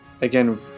again